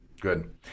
Good